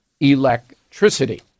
Electricity